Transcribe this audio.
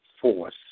force